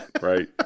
right